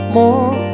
more